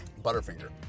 Butterfinger